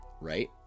right